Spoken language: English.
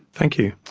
thank you.